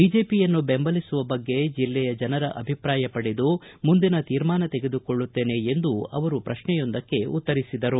ಬಿಜೆಪಿಯನ್ನು ಬೆಂಬಲಿಸುವ ಬಗ್ಗೆ ಜಿಲ್ಲೆಯ ಜನರ ಅಭಿಪ್ರಾಯ ಪಡೆದು ಮುಂದಿನ ತೀರ್ಮಾನ ತೆಗೆದುಕೊಳ್ಳುತ್ತೇನೆ ಎಂದು ಅವರು ಪ್ರಶ್ನೆಯೊಂದಕ್ಕೆ ಉತ್ತರಿಸಿದರು